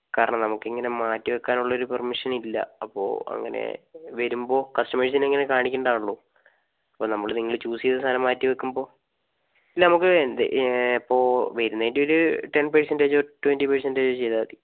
കാരണം നമുക്കിങ്ങനെ മാറ്റിവെക്കാനുള്ളൊരു പെർമിഷൻ ഇല്ല അപ്പോൾ അങ്ങനെ വരുമ്പോൾ കസ്റ്റമേഴ്സിനെ ഇങ്ങനെ കാണിക്കേണ്ടതാണല്ലോ അപ്പോൾ നമ്മൾ നിങ്ങൾ ചൂസ് ചെയ്ത സാധനം മാറ്റിവെക്കുമ്പോൾ ഇല്ല നമുക്ക് എന്ത് ഇപ്പോൾ വരുന്നേൻറ്റൊരു ടെൻ പേഴ്സിൻറ്റേജോ ട്വൻറ്റി പേഴ്സിൻറ്റേജോ ചെയ്താൽ മതി